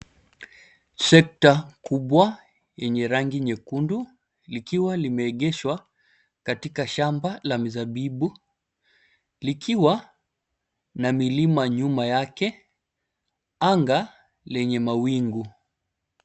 Trekta kubwa enye rangi nyekundu, likiwa limeegeshwa katika shamba la mizabibu, likiwa na milima nyuma yake, anga lenye mawingu.